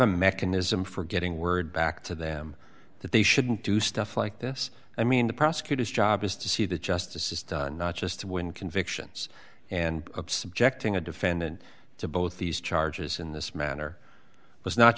a mechanism for getting word back to them that they shouldn't do stuff like this i mean the prosecutor's job is to see that justice is done not just to win convictions and subjecting a defendant to both these charges in this manner